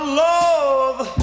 love